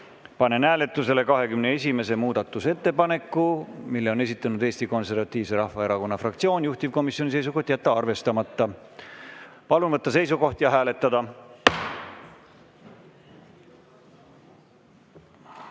panen hääletusele 21. muudatusettepaneku. Selle on esitanud Eesti Konservatiivse Rahvaerakonna fraktsioon. Juhtivkomisjoni seisukoht on jätta arvestamata. Palun võtta seisukoht ja hääletada!